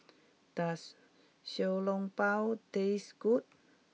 does Xiao Long Bao taste good